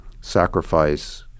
sacrifice